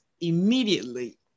immediately